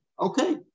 okay